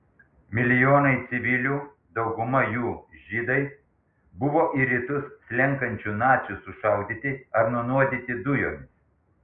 milijonai civilių dauguma jų žydai buvo į rytus slenkančių nacių sušaudyti ar nunuodyti dujomis